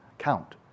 Count